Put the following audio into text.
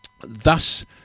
thus